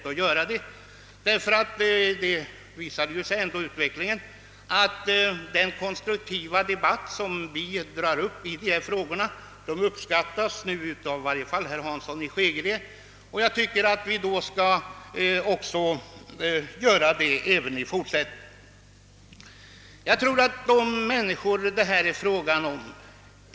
Utvecklingen visar ändå att den konstruktiva debatt som vi tar upp i dessa frågor uppskattas nu i varje fall av herr Hansson i Skegrie.